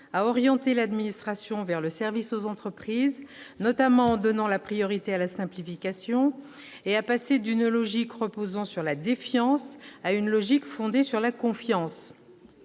à orienter l'administration vers le service aux entreprises, notamment en donnant la priorité à la simplification », et à « passer d'une logique reposant sur la défiance [...] à une logique fondée sur la confiance.